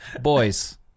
boys